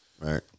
Right